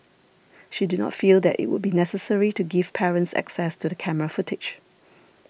she did not feel that it would be necessary to give parents access to the camera footage